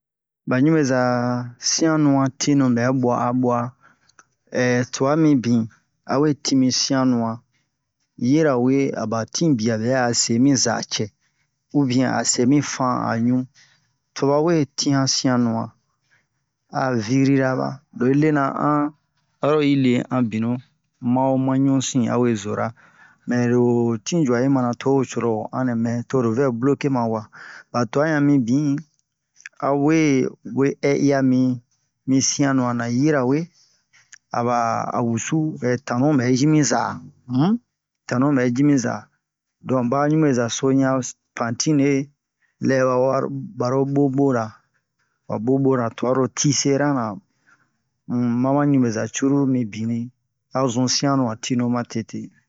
ba ɲubeza sianu'a tinu bɛ bua'a bwa tua mibin a we ti mi sianu''a yirawe a ba tinbia bɛ'a se mi za cɛ ubiɛn a se mi fan a ɲu to ba we ti'an sianu'a a virira ba lo yi lena an aro yi le an binu ma'o ma ɲusin a we zora mɛro tinjua yi mana to ho coro ho an nɛ mɛn toro vɛ bloke ma wa ba tua han mibin awe we ɛ'iya mi mi sianu'a na yirawe a ba a wusu tanu bɛ ji mi za um tanu bɛ ji mi za don ba ɲubeza so yan pantine lɛ ba wa baro bobora ba bobora tua ro tiseran na um ma ba ɲubeza cruru mibini a zun sianu han tinu ma tete ɲɲɲɲɲ